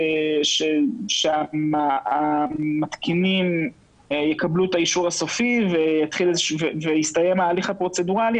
ברגע שהמתקינים יקבלו את האישור הסופי ויסתיים ההליך הפרוצדורלי,